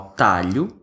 talho